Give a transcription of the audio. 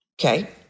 Okay